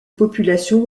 population